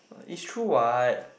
is true [what]